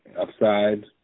upside